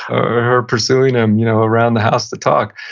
or her pursuing him you know around the house to talk.